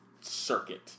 Circuit